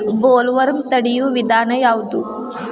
Bollworm ತಡಿಯು ವಿಧಾನ ಯಾವ್ದು?